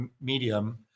medium